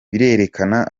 birerekana